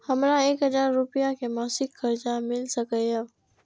हमरा एक हजार रुपया के मासिक कर्जा मिल सकैये?